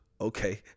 okay